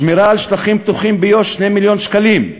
שמירה על שטחים פתוחים ביו"ש, 2 מיליון שקלים,